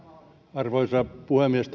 arvoisa puhemies